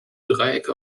dreiecke